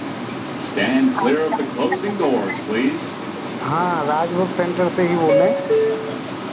हाँ Raj book centre से ही बोल रहे हैं